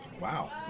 Wow